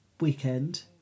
weekend